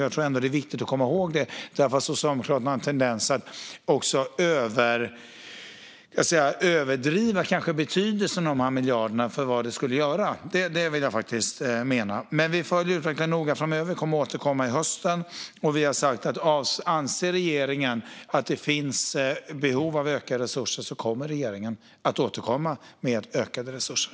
Jag tror att det är viktigt att komma ihåg detta, för jag menar att Socialdemokraterna har en tendens att överdriva betydelsen av vad dessa miljarder kan göra. Vi kommer att följa utvecklingen noga framöver och återkommer i höst. Vi har sagt att om regeringen anser att det finns behov av ökade resurser så kommer regeringen att återkomma med ökade resurser.